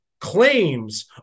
claims